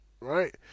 right